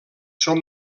són